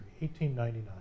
1899